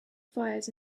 fires